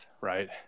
Right